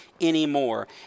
anymore